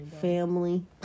family